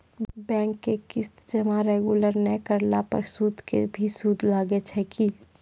Bank के किस्त जमा रेगुलर नै करला पर सुद के भी सुद लागै छै कि?